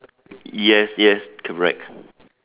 yes yes correct